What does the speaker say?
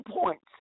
points